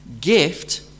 gift